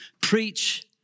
preach